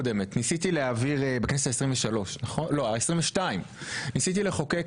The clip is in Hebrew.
קודמת ניסיתי להעביר בכנסת ה- 23 לא ה- 22. ניסיתי לחוקק